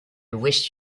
wish